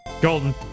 Golden